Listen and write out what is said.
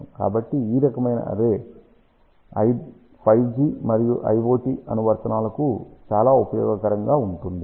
కాబట్టి ఈ రకమైన అర్రే 5 G మరియు IOT అనువర్తనాలకు చాలా ఉపయోగకరంగా ఉంటుంది